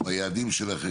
מה היעדים שלכם.